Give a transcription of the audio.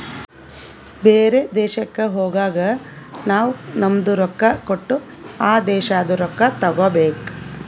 ಬೇರೆ ದೇಶಕ್ ಹೋಗಗ್ ನಾವ್ ನಮ್ದು ರೊಕ್ಕಾ ಕೊಟ್ಟು ಆ ದೇಶಾದು ರೊಕ್ಕಾ ತಗೋಬೇಕ್